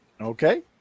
Okay